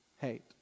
hate